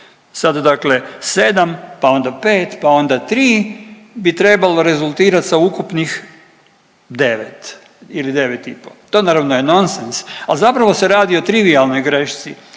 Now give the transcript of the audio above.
sad dakle 7, pa onda 5, pa onda 3 bi trebalo rezultirat sa ukupnih 9 ili 9,5, to naravno je nonsens, al zapravo se radi o trivijalnoj grešci